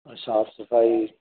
ਸਾਫ਼ ਸਫ਼ਾਈ